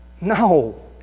No